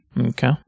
Okay